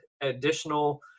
additional